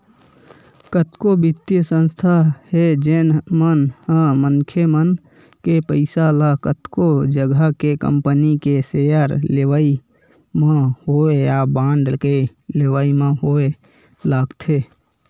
कतको बित्तीय संस्था हे जेन मन ह मनखे मन के पइसा ल कतको जघा के कंपनी के सेयर लेवई म होय या बांड के लेवई म होय लगाथे